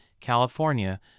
California